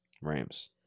Rams